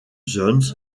jones